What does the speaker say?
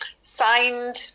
signed